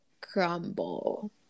crumble